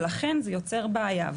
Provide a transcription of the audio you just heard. ולכן זה יוצר בעיה,